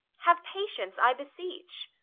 have patience, i beseech.